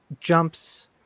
jumps